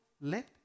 let